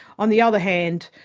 on the other hand,